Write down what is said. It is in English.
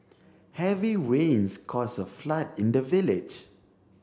heavy rains caused a flood in the village